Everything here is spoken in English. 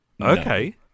Okay